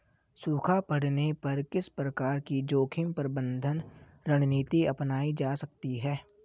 सूखा पड़ने पर किस प्रकार की जोखिम प्रबंधन रणनीति अपनाई जा सकती है?